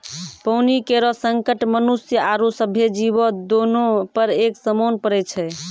पानी केरो संकट मनुष्य आरो सभ्भे जीवो, दोनों पर एक समान पड़ै छै?